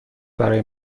برای